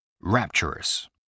Rapturous